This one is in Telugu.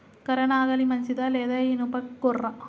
కర్ర నాగలి మంచిదా లేదా? ఇనుప గొర్ర?